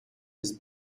his